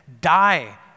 Die